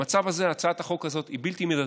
במצב הזה הצעת החוק הזאת היא בלתי מידתית,